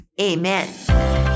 amen